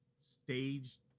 staged